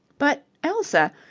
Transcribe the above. but elsa.